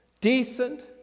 decent